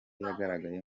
yagaragaye